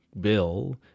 Bill